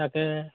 তাকে